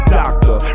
doctor